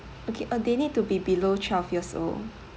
okay uh they need to be below twelve years old